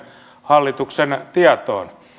hallituksen tietoon